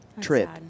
trip